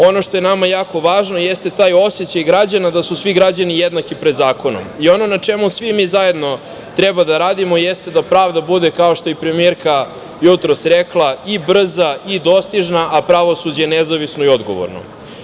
Ono što je nama jako važno jeste taj osećaj građana da su svi građani jednaki pred zakonom i ono na čemu svi mi zajedno treba da radimo jeste da pravda bude, kao što je i premijerka jutros rekla, i brza i dostižna, a pravosuđe nezavisno i odgovorno.